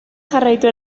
jarraitu